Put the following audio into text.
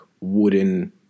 wooden